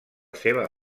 seva